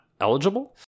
eligible